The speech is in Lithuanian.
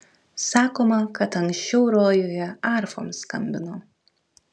sakoma kad anksčiau rojuje arfom skambino